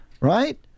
right